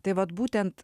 tai vat būtent